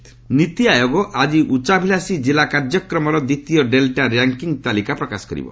ନୀତି ର୍ୟାଙ୍କିଙ୍ଗ୍ ନୀତି ଆୟୋଗ ଆଜି ଉଚ୍ଚାଭିଳାଷୀ ଜିଲ୍ଲା କାର୍ଯ୍ୟକ୍ରମର ଦ୍ୱିତୀୟ ଡେଲ୍ଟା ର୍ୟାଙ୍କିଙ୍ଗ୍ ତାଲିକା ପ୍ରକାଶ କରିବ